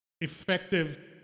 effective